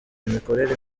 imikorere